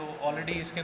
already